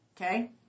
Okay